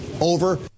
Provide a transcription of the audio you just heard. over